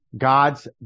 God's